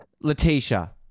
Letitia